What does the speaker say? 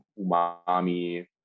umami